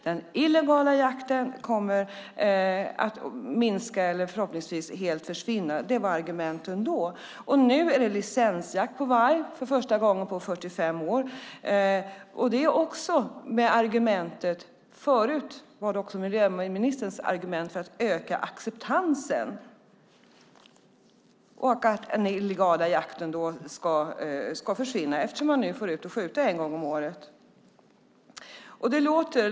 Den illegala jakten kommer att minska eller förhoppningsvis helt försvinna. Det var argumenten då. Nu är det licensjakt på varg för första gången på 45 år. Förut var det också miljöministerns argument att man skulle öka acceptansen. Och den illegala jakten ska då försvinna eftersom man nu får gå ut och skjuta en gång om året.